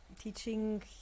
teaching